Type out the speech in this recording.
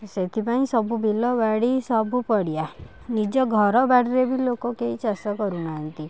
ସେଇଥି ପାଇଁ ସବୁ ବିଲ ବାଡ଼ି ସବୁ ପଡ଼ିଆ ନିଜ ଘର ବାଡ଼ିରେ ବି ଲୋକ କେହି ଚାଷ କରୁନାହାଁନ୍ତି